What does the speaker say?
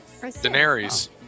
Daenerys